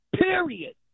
Period